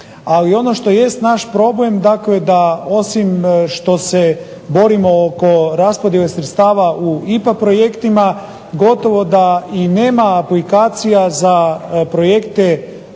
ali ono što jest naš problem dakle da osim što se borimo oko raspodjele sredstva u IPA projektima, gotovo da i nema aplikacija za projekte